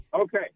Okay